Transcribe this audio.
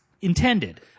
intended